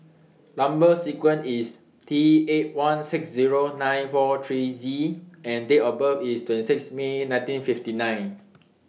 Number sequence IS T eight one six Zero nine four three Z and Date of birth IS twenty six May nineteen fifty nine